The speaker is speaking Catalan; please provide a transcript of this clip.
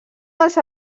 dels